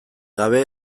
gabe